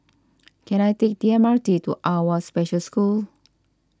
can I take the M R T to Awwa Special School